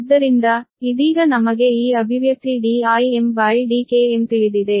ಆದ್ದರಿಂದ ಇದೀಗ ನಮಗೆ ಈ ಅಭಿವ್ಯಕ್ತಿ D1mDkm ತಿಳಿದಿದೆ